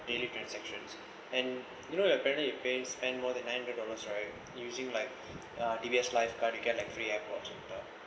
daily transactions and you know you apparently you pay spent more than nine hundred dollars right using like uh D_B_S lifeguard you get like three airport